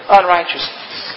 unrighteousness